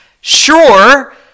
sure